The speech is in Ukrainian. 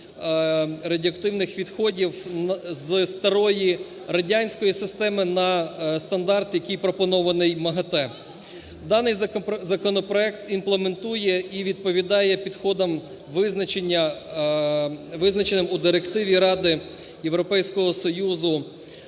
радіоактивних відходів з старої радянської системи на стандарт, який пропонований МАГАТЕ. Даний законопроект імплементує і відповідає підходам, визначеним у директиві Ради Європейського Союзу,